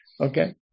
okay